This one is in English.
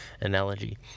analogy